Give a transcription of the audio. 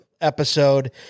episode